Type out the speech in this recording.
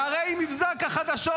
והרי מבזק החדשות,